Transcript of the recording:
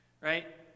Right